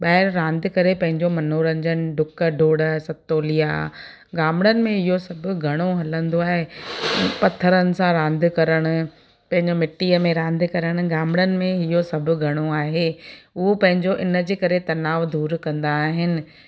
ॿाहिरि रांदि करे पंहिंजो मनोरंजन डुक डोड़ सतौलिया गामड़नि में इहो सभु घणो हलंदो आहे पत्थरनि सां रांदि करण पंहिंजो मिट्टीअ में रांदि करण में गामड़नि में इहो सभु घणो आहे उहो पंहिंजो इनजे करे तनाव दूर कंदा आहिनि